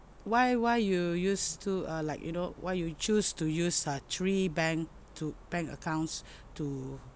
why why you use two uh like you know why you choose to use uh three bank two bank accounts to